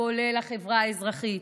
כולל החברה האזרחית.